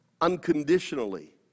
unconditionally